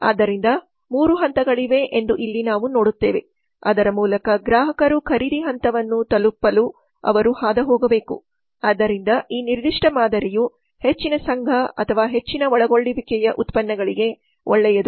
ಆದ್ದರಿಂದ ಮೂರು ಹಂತಗಳಿವೆ ಎಂದು ಇಲ್ಲಿ ನಾವು ನೋಡುತ್ತೇವೆ ಅದರ ಮೂಲಕ ಗ್ರಾಹಕರು ಖರೀದಿ ಹಂತವನ್ನು ತಲುಪಲು ಅವರು ಹಾದುಹೋಗಬೇಕು ಆದ್ದರಿಂದ ಈ ನಿರ್ದಿಷ್ಟ ಮಾದರಿಯು ಹೆಚ್ಚಿನ ಸಂಘ ಅಥವಾ ಹೆಚ್ಚಿನ ಒಳಗೊಳ್ಳುವಿಕೆಯ ಉತ್ಪನ್ನಗಳಿಗೆ ಒಳ್ಳೆಯದು